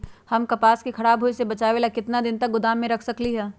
हम कपास के खराब होए से बचाबे ला कितना दिन तक गोदाम में रख सकली ह?